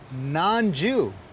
Non-Jew